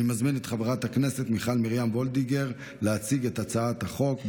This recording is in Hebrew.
אני מזמין את חברת הכנסת מיכל מרים וולדיגר להציג את הצעת החוק,